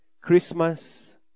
Christmas